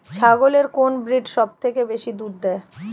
ছাগলের কোন ব্রিড সবথেকে বেশি দুধ দেয়?